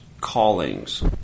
callings